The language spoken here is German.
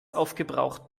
aufgebraucht